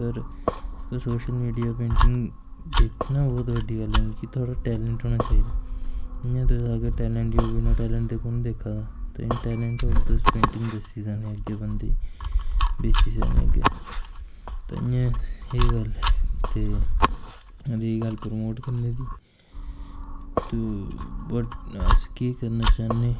पर social media पर painting बेचना बोह्त बड्डी गल्ल ऐ थोह्ड़ा टैलेंट होना चाहिदा इ'यां अगर तुस बिना टैलेंट दे कु'न दिक्खा दा टैलेंट होग तुस पेंटिंग दस्सी सकने अग्गैं बंदे गी बेची सकनें अग्गैं ताइयें एह् गल्ल ऐ ते रेही गल्ल प्रमोट करने दी ते ब अस केह् करना चाह्न्ने